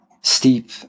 steep